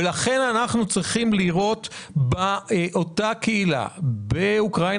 ולכן אנחנו צריכים לראות באותה קהילה באוקראינה,